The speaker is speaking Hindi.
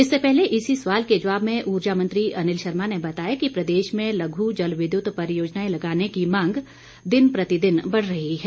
इससे पहले इसी सवाल के जवाब में ऊर्जा मंत्री अनिल शर्मा ने बताया कि प्रदेश में लघ् जलविद्यत परियोजनाएं लगाने की मांग दिन प्रतिदिन बढ़ रही है